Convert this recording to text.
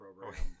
program